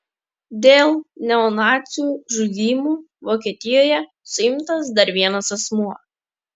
dėl neonacių žudymų vokietijoje suimtas dar vienas asmuo